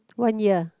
one year